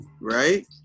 right